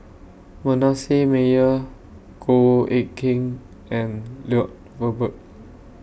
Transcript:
Manasseh Meyer Goh Eck Kheng and Lloyd Valberg